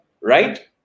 right